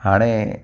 हाणे